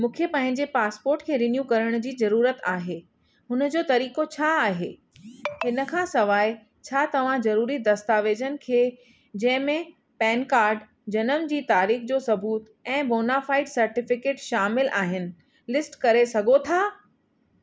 मूंखे पंहिंजे पासपोर्ट खे रिन्यू करण जी ज़रूरत आहे हुन जो तरीक़ो छा आहे हिन खां सवाइ छा तव्हां ज़रूरी दस्तावेजनि खे जंहिंमें पैन कार्ड जनमु जी तारीख़ जो सबूत ऐं बोनाफाईड सर्टिफिकेट शामिलु आहिनि लिस्ट करे सघो था